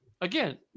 Again